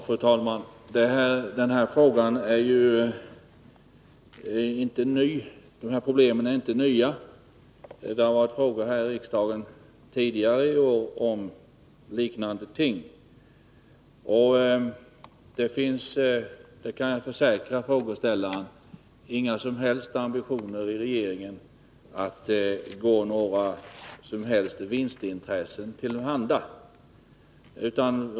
Fru talman! Dessa problem är inte nya. Det har tidigare i år varit frågor här i riksdagen om liknande ting. Det finns, det kan jag försäkra frågeställaren, ingen som helst ambition i regeringen att gå några vinstintressen till handa i den mening som Alexander Chrisopoulos antydde.